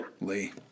Lee